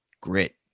Grit